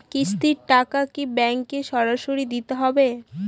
কিস্তির টাকা কি ব্যাঙ্কে সরাসরি দিতে হবে?